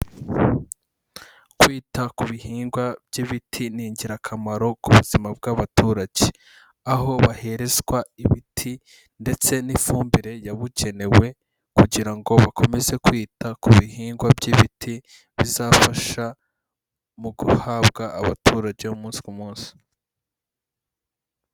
Kwita ku bihingwa by'ibiti ni ingirakamaro ku buzima bw'abaturage, aho baherezwa ibiti ndetse n'ifumbire yabugenewe kugira ngo bakomeze kwita ku bihingwa by'ibiti bizafasha mu guhabwa abaturage umunsi ku munsi.